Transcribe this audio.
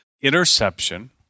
interception